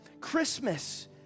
Christmas